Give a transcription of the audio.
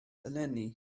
eleni